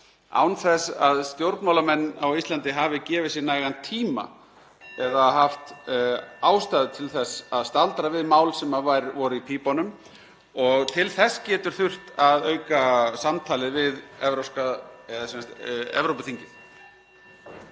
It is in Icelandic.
án þess að stjórnmálamenn á Íslandi hafi gefið sér nægan tíma eða haft ástæðu til þess að staldra við mál sem voru í pípunum. (Forseti hringir.) Til þess getur þurft að auka samtalið við Evrópuþingið.